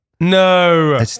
No